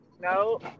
No